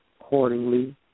accordingly